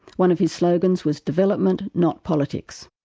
one of his slogans was development, not politics'.